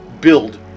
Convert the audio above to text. build